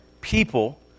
people